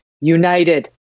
united